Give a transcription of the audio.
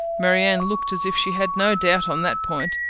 marianne looked as if she had no doubt on that point.